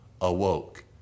awoke